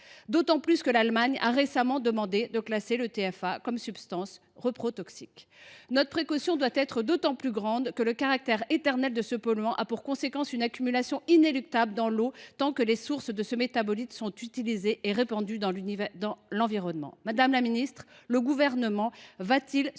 ministre, alors que l’Allemagne a récemment demandé de classer le TFA comme substance reprotoxique ? Nous devons faire preuve d’autant plus de précautions que le caractère éternel de ce polluant a pour conséquence une accumulation inéluctable dans l’eau tant que les sources de ce métabolite sont utilisées et répandues dans l’environnement. Madame la secrétaire d’État, le Gouvernement va t il se